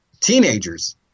teenagers